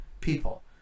people